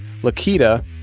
Lakita